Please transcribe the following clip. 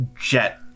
jet